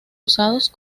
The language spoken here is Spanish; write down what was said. usados